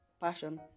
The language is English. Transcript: Passion